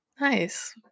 Nice